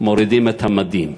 מורידים את המדים.